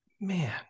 man